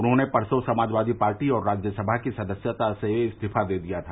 उन्होंने परसों समाजवादी पार्टी और राज्यसभा की सदस्यता से इस्तीफा दे दिया था